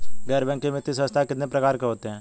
गैर बैंकिंग वित्तीय संस्थान कितने प्रकार के होते हैं?